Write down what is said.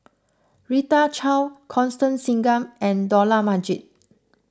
Rita Chao Constance Singam and Dollah Majid